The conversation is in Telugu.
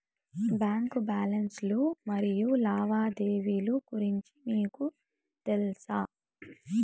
బ్యాంకు బ్యాలెన్స్ లు మరియు లావాదేవీలు గురించి మీకు తెల్సా?